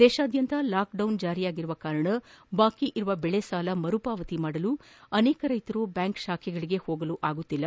ದೇಶಾದ್ಯಂತ ಲಾಕ್ಡೌನ್ ಜಾರಿಯಾಗಿರುವುದರಿಂದ ಬಾಕಿ ಇರುವ ಬೆಳೆ ಸಾಲ ಮರು ಪಾವತಿಸಲು ಅನೇಕ ರೈತರು ಬ್ಯಾಂಕ್ ಶಾಖೆಗಳಿಗೆ ಹೋಗಲು ಆಗುತ್ತಿಲ್ಲ